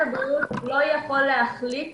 משרד הבריאות לא יכול להחליט